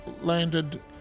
landed